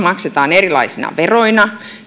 maksetaan erilaisina veroina